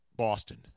boston